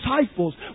disciples